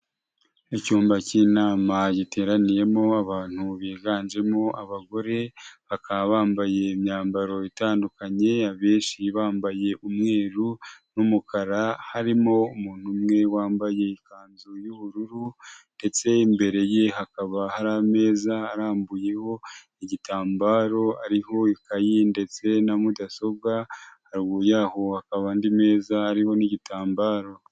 Icyumba cy'inama giteraniyemo abantu biganjemo abagore bakaba bambaye imyambaro itandukanye abenshi bambaye umweru n'umukara harimo umuntu umwe wambaye ikanzu y'ubururu ndetse imbere ye hakaba hari ameza arambuyeho igitambaro ariho ikayi ndetse na mudasobwa ayaho hakaba andi meza hariho n'igitambaro.